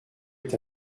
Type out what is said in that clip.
est